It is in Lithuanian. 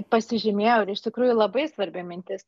pasižymėjau ir iš tikrųjų labai svarbi mintis